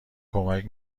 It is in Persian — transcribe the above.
کمک